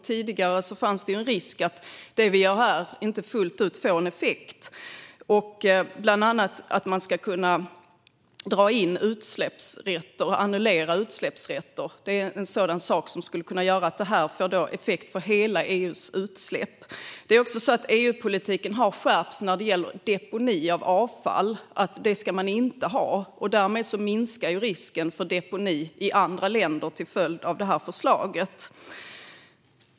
Tidigare fanns det en risk att det som vi gjorde här inte fick effekt fullt ut. Man ska bland annat kunna annullera utsläppsrätter. Det skulle kunna få effekt för hela EU:s utsläpp. EU-politiken har också skärpts när det gäller deponi av avfall. Det ska man inte ha. Därmed minskar risken för deponi i andra länder, till följd av det här förslaget.